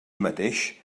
mateix